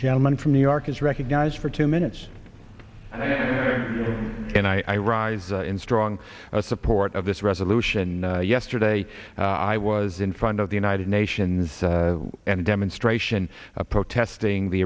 gentleman from new york is recognized for two minutes and i rise in strong support of this resolution yesterday i was in front of the united nations and demonstration protesting the